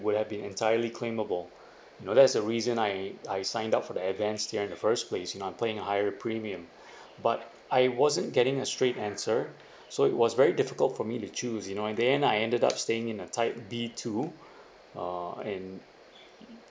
would have been entirely claimable you know that's the reason I I sign up for the advance tier in the first place you know I'm paying a higher premium but I wasn't getting a straight answer so it was very difficult for me to choose you know and then I ended up staying in a type B two uh and